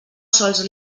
sols